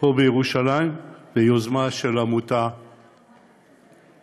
פה בירושלים, ביוזמה של עמותה אחת.